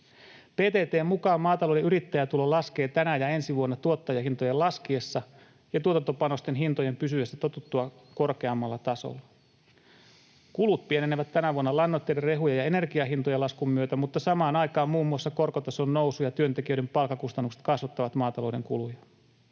PTT:n mukaan maatalouden yrittäjätulo laskee tänä ja ensi vuonna tuottajahintojen laskiessa ja tuotantopanosten hintojen pysyessä totuttua korkeammalla tasolla. Kulut pienenevät tänä vuonna lannoitteiden, rehujen ja energiahintojen laskun myötä, mutta samaan aikaan muun muassa korkotason nousu ja työntekijöiden palkkakustannukset kasvattavat maatalouden kuluja.